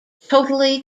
totally